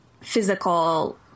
physical